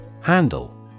Handle